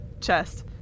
chest